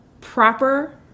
proper